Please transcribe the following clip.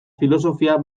filosofia